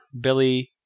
Billy